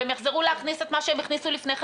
והם יחזרו להכניס את מה שהם הכניסו לפני כן,